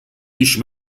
ich